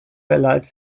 verleiht